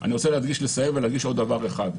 אני רוצה לסיים ולהדגיש עוד דבר אחד.